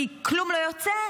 כי כלום לא יוצא,